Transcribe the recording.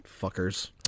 Fuckers